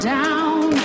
down